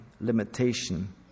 limitation